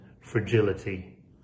fragility